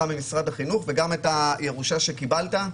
ממשרד החינוך וגם את הירושה שקיבלת,